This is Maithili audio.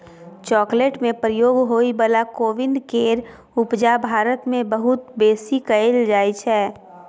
चॉकलेट में प्रयोग होइ बला कोविंद केर उपजा भारत मे बहुत बेसी कएल जाइ छै